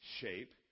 shape